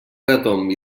retomb